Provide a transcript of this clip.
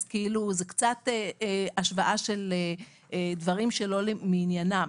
אז זה קצת השוואה של דברים שלא מעניינם,